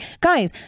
Guys